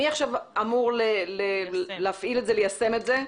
מי עכשיו אמור להפעיל וליישם את זה?